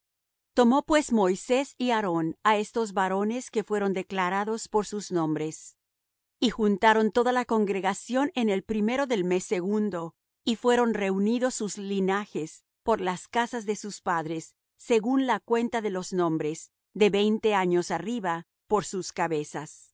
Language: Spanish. tomó pues moisés y aarón á estos varones que fueron declarados por sus nombres y juntaron toda la congregación en el primero del mes segundo y fueron reunidos sus linajes por las casas de sus padres según la cuenta de los nombres de veinte años arriba por sus cabezas